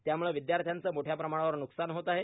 त्याम्ळे विद्यार्थ्यांचे मोठ्या प्रमाणावर न्कसान होत आहे